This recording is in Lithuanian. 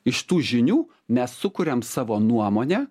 iš tų žinių mes sukuriam savo nuomonę